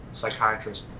psychiatrist